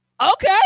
okay